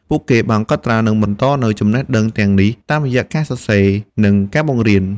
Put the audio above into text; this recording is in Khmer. ពួកគេបានកត់ត្រា និងបន្តនូវចំណេះដឹងទាំងនេះតាមរយៈការសរសេរ និងការបង្រៀន។